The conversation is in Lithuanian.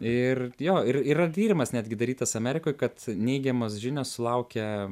ir jo ir yra tyrimas netgi darytas amerikoj kad neigiamos žinios sulaukia